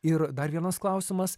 ir dar vienas klausimas